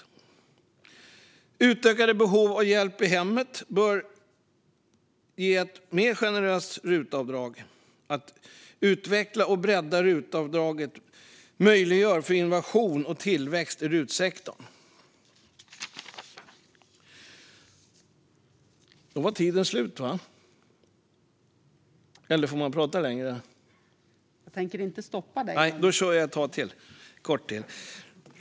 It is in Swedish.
Ett utökat behov av hjälp i hemmet bör ge ett mer generöst rutavdrag. Ett utvecklat och breddat rutavdrag möjliggör innovation och tillväxt i rutsektorn.